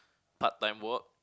part time work